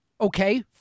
Okay